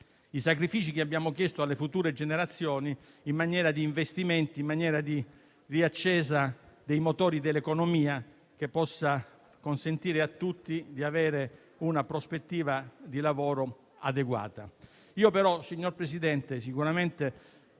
i sacrifici che abbiamo chiesto alle future generazioni con investimenti per la riaccensione dei motori dell'economia, che possa consentire a tutti di avere una prospettiva di lavoro adeguata. Signor Presidente, sicuramente